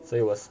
so it was